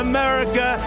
America